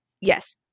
Yes